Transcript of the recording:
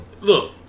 look